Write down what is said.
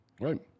right